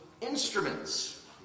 instruments